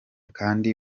kandi